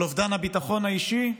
על אובדן הביטחון האישי?